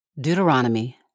Deuteronomy